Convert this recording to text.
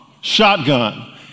shotgun